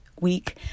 week